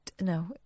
No